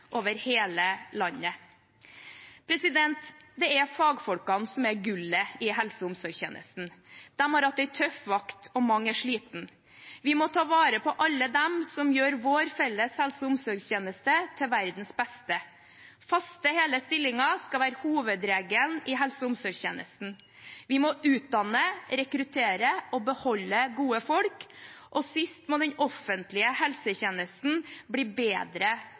over hele landet. Det er fagfolkene som er gullet i helse- og omsorgstjenesten. De har hatt en tøff vakt, og mange er slitne. Vi må ta vare på alle dem som gjør vår felles helse- og omsorgstjeneste til verdens beste. Faste, hele stillinger skal være hovedregelen i helse- og omsorgstjenesten. Vi må utdanne, rekruttere og beholde gode folk, og det siste må den offentlige helsetjenesten bli bedre